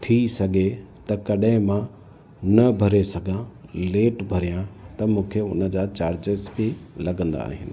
थी सघे त कॾहिं मां न भरे सघां लेट भरियां त मूंखे उन जा चार्जिस बि लॻंदा आहिनि